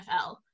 NFL